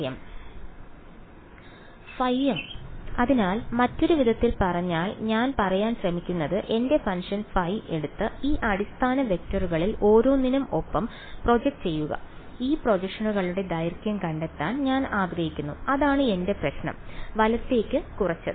ϕm അതിനാൽ മറ്റൊരു വിധത്തിൽ പറഞ്ഞാൽ ഞാൻ പറയാൻ ശ്രമിക്കുന്നത് എന്റെ ഫംഗ്ഷൻ ϕ എടുത്ത് ഈ അടിസ്ഥാന വെക്ടറുകളിൽ ഓരോന്നിനും ഒപ്പം പ്രൊജക്റ്റ് ചെയ്യുക ഈ പ്രൊജക്ഷനുകളുടെ ദൈർഘ്യം കണ്ടെത്താൻ ഞാൻ ആഗ്രഹിക്കുന്നു അതാണ് എന്റെ പ്രശ്നം വലത്തേക്ക് കുറച്ചത്